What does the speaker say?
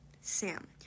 Sam